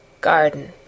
garden